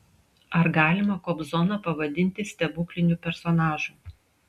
ar galima kobzoną pavadinti stebukliniu personažu